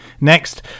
Next